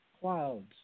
clouds